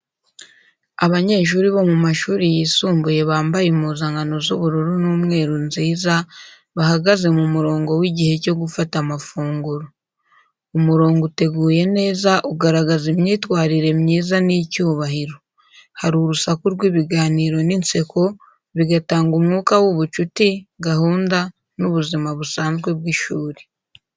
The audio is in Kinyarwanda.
Abanyeshuri bo mu mashuri yisumbuye bambaye impuzankano z’ubururu n’umweru nziza bahagaze mu murongo w’igihe cyo gufata amafunguro. Umurongo uteguye neza ugaragaza imyitwarire myiza n’icyubahiro. Hari urusaku rw’ibiganiro n’inseko, bigatanga umwuka w’ubucuti, gahunda, n’ubuzima busanzwe bw’ishuri.